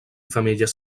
femelles